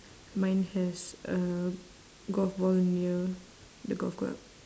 mine has a golf ball near the golf club